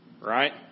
right